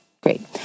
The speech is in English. Great